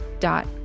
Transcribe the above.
dot